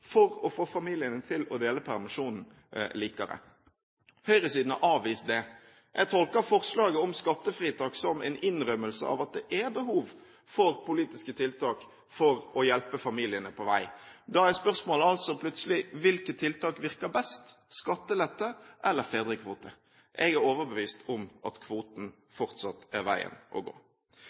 for å få familiene til å dele permisjonen likere. Høyresiden har avvist det. Jeg tolker forslaget om skattefritak som en innrømmelse av at det er behov for politiske tiltak for å hjelpe familiene på vei. Da er spørsmålet altså plutselig: Hvilke tiltak virker best, skattelette eller fedrekvote? Jeg er overbevist om at kvoten fortsatt er veien å gå.